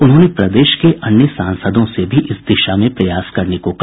उन्होंने प्रदेश के अन्य सांसदों से भी इस दिशा में प्रयास करने को कहा